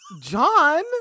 John